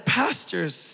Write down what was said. pastors